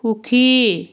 সুখী